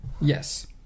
Yes